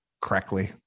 correctly